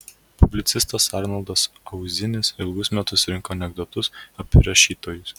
publicistas arnoldas auzinis ilgus metus rinko anekdotus apie rašytojus